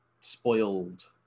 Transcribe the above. spoiled